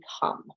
become